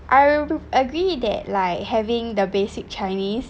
I will agree that like having the basic chinese